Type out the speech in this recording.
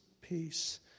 peace